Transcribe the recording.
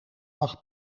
mag